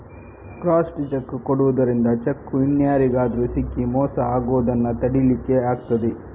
crossed cheque ಕೊಡುದರಿಂದ cheque ಇನ್ಯಾರಿಗಾದ್ರೂ ಸಿಕ್ಕಿ ಮೋಸ ಆಗುದನ್ನ ತಡೀಲಿಕ್ಕೆ ಆಗ್ತದೆ